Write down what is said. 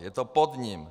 Je to pod ním.